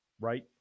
Right